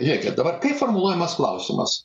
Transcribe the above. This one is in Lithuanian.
žiūrėkit dabar kai formuluojamas klausimas